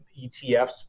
ETFs